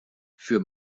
für